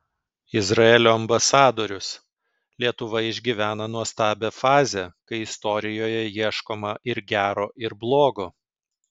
izraelio ambasadorius lietuva išgyvena nuostabią fazę kai istorijoje ieškoma ir gero ir blogo